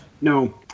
No